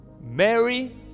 Mary